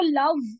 love